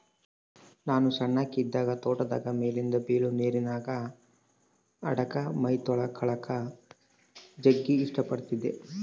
ನಾನು ಸಣ್ಣಕಿ ಇದ್ದಾಗ ತೋಟದಾಗ ಮೇಲಿಂದ ಬೀಳೊ ನೀರಿನ್ಯಾಗ ಆಡಕ, ಮೈತೊಳಕಳಕ ಜಗ್ಗಿ ಇಷ್ಟ ಪಡತ್ತಿದ್ದೆ